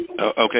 Okay